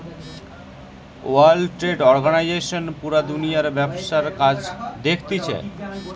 world trade organisation পুরা দুনিয়ার ব্যবসার কাজ দেখতিছে